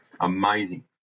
Amazing